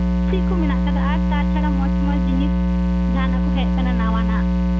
ᱪᱮᱫ ᱠᱚ ᱢᱮᱱᱟᱜ ᱟᱠᱟᱫᱟ ᱟᱨ ᱛᱟᱪᱷᱟᱲᱟ ᱢᱚᱸᱡᱽ ᱢᱚᱸᱡᱽ ᱡᱤᱱᱤᱥ ᱡᱟᱦᱟᱱᱟᱜ ᱠᱚ ᱦᱮᱡ ᱟᱠᱟᱱᱟ ᱱᱟᱣᱟᱱᱟᱜ